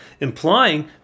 implying